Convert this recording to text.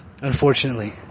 Unfortunately